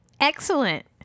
Excellent